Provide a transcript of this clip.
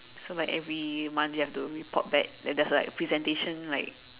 so like every month you have to report back then there's like presentation like